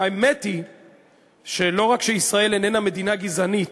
האמת היא שלא רק שישראל איננה "מדינה גזענית",